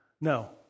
No